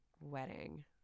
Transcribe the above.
wedding